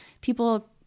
people